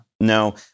No